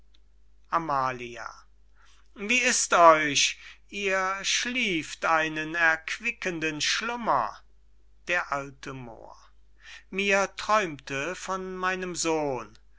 amalia amalia wie ist euch ihr schlieft einen erquickenden schlummer d a moor mir träumte von meinem sohn